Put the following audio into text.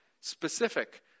specific